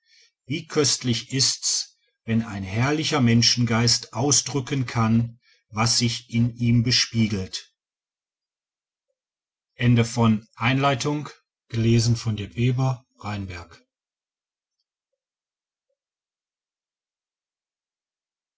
wie köstlich ists wenn ein herrlicher menschengeist ausdrücken kann was sich in ihm bespiegelt